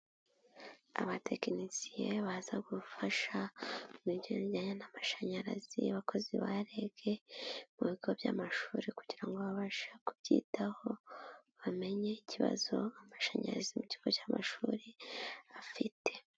Abatekinisiye baza gufasha ku bijyanjyanye n'amashanyarazi, abakozi ba REG mu bigo by'amashuri kugira ngo babashe kubyitaho bamenye ikibazo amashanyarazi mu kigo cy'amashuri afite.